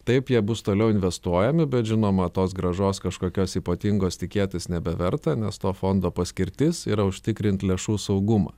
taip jie bus toliau investuojami bet žinoma tos grąžos kažkokios ypatingos tikėtis nebeverta nes to fondo paskirtis yra užtikrint lėšų saugumą